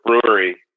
brewery